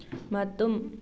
ꯃꯇꯨꯝ